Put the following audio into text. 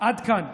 עד כאן.